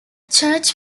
church